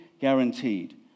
Guaranteed